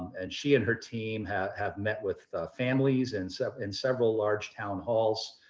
and she and her team have have met with families and so and several large town halls.